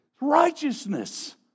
Righteousness